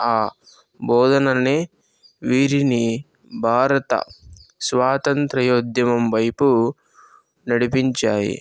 బోధనలనే వీరిని భారత స్వాతంత్ర ఉద్యమం వైపు నడిపించాయి